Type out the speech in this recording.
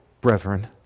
brethren